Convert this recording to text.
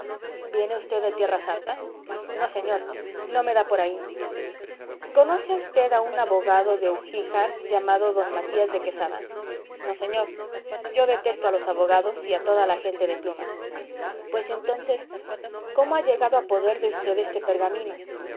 viene usted de tierra santa no señor no me da por ahí conoce usted a un abogado de ugíjar llamado d matías de quesada no señor yo detesto a los abogados y a toda la gente de pluma pues entonces cómo ha llegado a poder de usted ese pergamino